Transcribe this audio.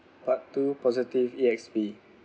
part two positively E X P